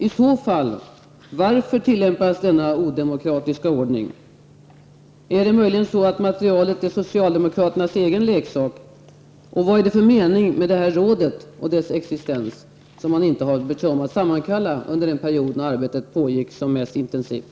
Om så är fallet: Varför tillämpas denna odemokratiska ordning? Är det möjligen så, att materialet är socialdemokraternas egen leksak? Vilken mening finns det med rådet och dess existens när man inte har brytt sig om att sammankalla det när arbetet pågick som mest intensivt?